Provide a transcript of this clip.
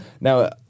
Now